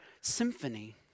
symphony